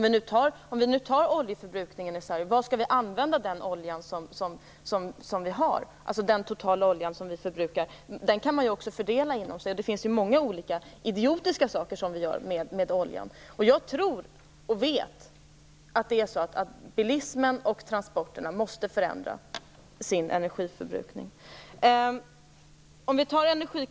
Vad skall vi använda den totala mängden olja som vi förbrukar till? Den kan ju fördelas. Det finns ju många olika idiotiska saker som vi använder oljan till. Jag tror och vet att bilismens och transporternas energiförbrukning måste förändras.